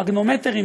מגנומטרים,